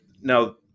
now